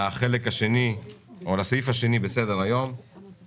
הישיבה ננעלה בשעה 11:05.